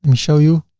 um show you.